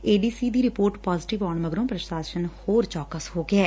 ਏ D C ਦੀ report positive ਆਉਣ ਮਗਰੋਂ ਪੁਸ਼ਾਸਨ ਹੋਰ ਚੌਕਸ ਹੋ ਗਿਐ